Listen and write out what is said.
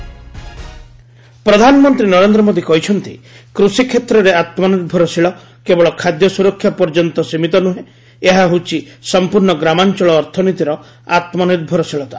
PM inauguration ପ୍ରଧାନମନ୍ତ୍ରୀ ନରେନ୍ଦ୍ର ମୋଦୀ କହିଛନ୍ତି କୃଷି କ୍ଷେତ୍ରରେ ଆତ୍ମନିର୍ଭରଶୀଳ କେବଳ ଖାଦ୍ୟ ସୁରକ୍ଷା ପର୍ଯ୍ୟନ୍ତ ସିମିତ ନୁହେଁ ଏହା ହେଉଛି ସମ୍ପୂର୍ଣ୍ଣ ଗ୍ରାମାଞ୍ଚଳ ଅର୍ଥନୀତିର ଆତ୍ମନିର୍ଭରଶୀଳତା